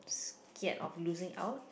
scared of losing out